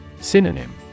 Synonym